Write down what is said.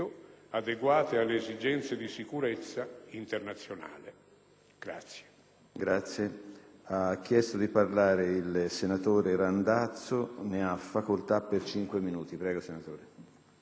adeguate alle esigenze di sicurezza internazionale».